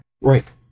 right